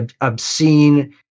obscene